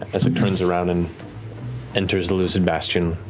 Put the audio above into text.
essek turns around and enters the lucid bastion,